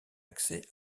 accès